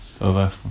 over